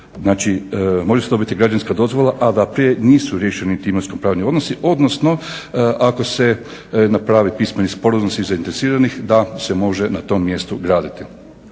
Znači može se dobiti građevinska dozvola, a da prije nisu riješeni ti imovinsko-pravni odnosi, odnosno ako se napravi pismeni sporazum svi zainteresiranih da se može na tom mjestu graditi.